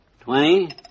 twenty